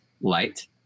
light